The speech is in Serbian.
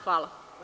Hvala.